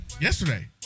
Yesterday